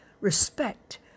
respect